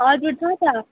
हजुर छ त